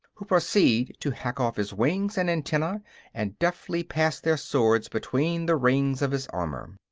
who proceed to hack off his wings and antennae and deftly pass their sword between the rings of his armor.